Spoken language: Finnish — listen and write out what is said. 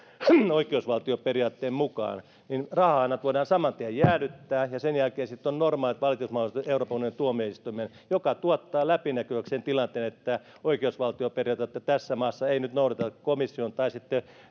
oikeusvaltioperiaatteen mukaan niin rahahanat voidaan saman tien jäädyttää ja sen jälkeen on normaalit valitusmahdollisuudet euroopan unionin tuomioistuimelle mikä tuottaa läpinäkyväksi sen tilanteen että oikeusvaltioperiaatetta tässä maassa ei nyt noudateta komission tai